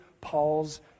Paul's